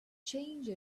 change